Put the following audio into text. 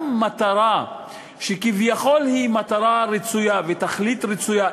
גם מטרה שהיא כביכול מטרה רצויה ותכלית רצויה,